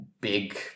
big